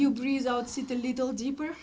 you breeze out see the little deeper